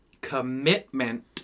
Commitment